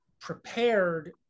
prepared